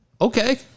Okay